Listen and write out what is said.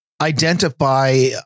identify